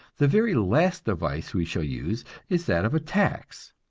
the very last device we shall use is that of a tax.